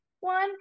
one